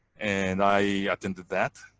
and i attended that.